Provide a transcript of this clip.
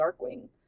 darkwing